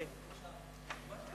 תודה רבה.